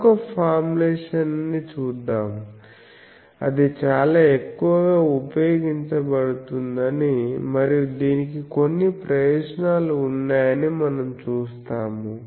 మరొక ఫార్ములేషన్ ని చూద్దాము అది చాలా ఎక్కువగా ఉపయోగించబడుతుందని మరియు దీనికి కొన్ని ప్రయోజనాలు ఉన్నాయని మనం చూస్తాము